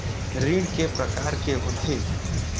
ऋण के प्रकार के होथे?